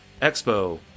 expo